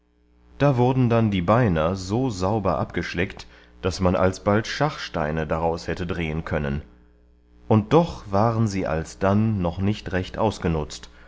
da wurden dann die beiner so sauber abgeschleckt daß man alsbald schachsteine daraus hätte drehen können und doch waren sie alsdann noch nicht recht ausgenutzt